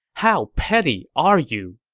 how petty are you?